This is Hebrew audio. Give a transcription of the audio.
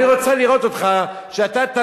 אני רוצה לראות אותך מביא,